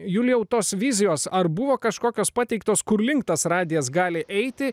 julijau tos vizijos ar buvo kažkokios pateiktos kur link tas radijas gali eiti